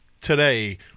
today